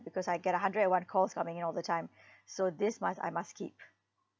because I get a hundred and one calls coming in all the time so this month I must skip